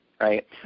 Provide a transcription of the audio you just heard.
right